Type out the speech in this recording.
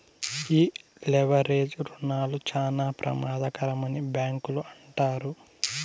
ఈ లెవరేజ్ రుణాలు చాలా ప్రమాదకరమని బ్యాంకులు అంటారు